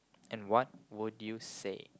and what would you say